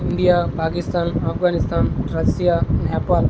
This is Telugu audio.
India Pakistan Afghanistan Russia Nepal